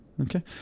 Okay